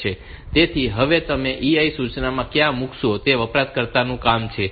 તેથી હવે તમે EI સૂચના ક્યાં મૂકશો તે વપરાશકર્તાનું કામ છે